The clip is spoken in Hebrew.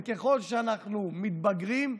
וככל שאנחנו מתבגרים,